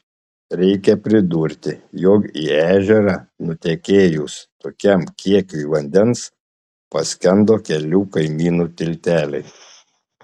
reikia pridurti jog į ežerą nutekėjus tokiam kiekiui vandens paskendo kelių kaimynų tilteliai